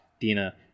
Dina